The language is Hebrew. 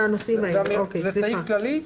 זה תקנה כללית,